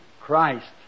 Christ